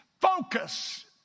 focus